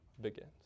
begins